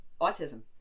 autism